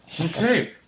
Okay